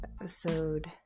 episode